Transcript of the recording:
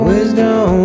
Wisdom